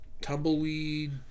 tumbleweed